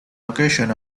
location